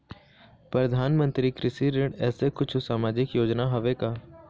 परधानमंतरी कृषि ऋण ऐसे कुछू सामाजिक योजना हावे का?